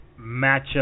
matchup